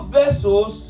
vessels